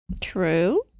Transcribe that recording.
True